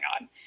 on